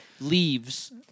leaves